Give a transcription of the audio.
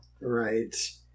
Right